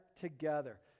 together